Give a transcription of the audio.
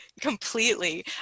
completely